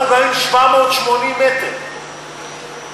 אנחנו גרים 780 מטר,